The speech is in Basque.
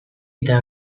eta